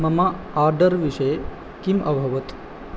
मम आर्डर् विषये किम् अभवत्